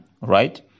Right